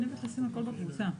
למשל 'לא יפחת מ-'.